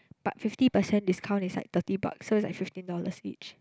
but fifty percent discount it's like thirty bucks so it's like fifteen dollars each